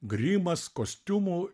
grimas kostiumų